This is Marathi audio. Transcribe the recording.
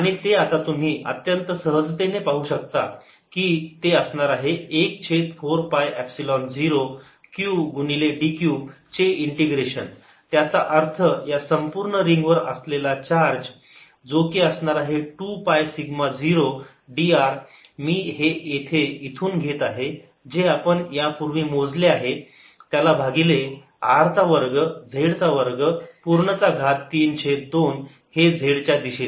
14π0qdzr2z232z z आणि ते आता तुम्ही अत्यंत सहजतेने पाहू शकता की असणार आहे 1 छेद 4 पाय एपसिलोन 0 q गुणिले dq चे इंटिग्रेशन त्याचा अर्थ या संपूर्ण रिंग वर असलेला चार्ज जो की असणार आहे 2 पाय सिग्मा 0 dr मी हे येथे इथून घेत आहे जे आपण यापूर्वी मोजले आहे त्याला भागिले r चा वर्ग z चा वर्ग पूर्ण चा घात 3 छेद 2 हे z च्या दिशेत